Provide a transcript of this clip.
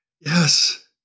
Yes